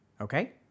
okay